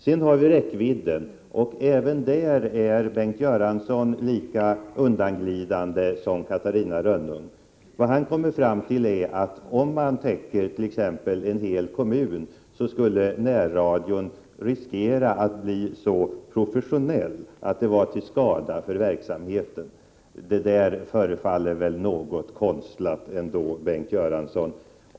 Sedan har vi räckvidden, och där är Bengt Göransson lika undanglidande som Catarina Rönnung. Vad han kommer fram till är att om närradion täcker t.ex. en hel kommun, skulle den riskera att bli så professionell att det kunde vara till skada för verksamheten. Det där förefaller väl ändå något konstlat, Bengt Göransson.